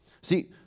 See